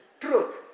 Truth